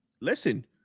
listen